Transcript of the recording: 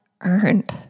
earned